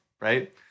right